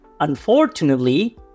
Unfortunately